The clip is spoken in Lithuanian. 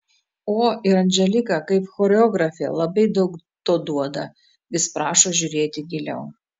o ir anželika kaip choreografė labai daug to duoda vis prašo žiūrėti giliau